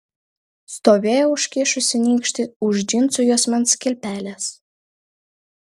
stovėjo užkišusi nykštį už džinsų juosmens kilpelės